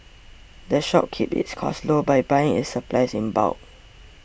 the shop keeps its costs low by buying its supplies in bulk